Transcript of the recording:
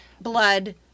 blood